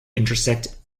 intersect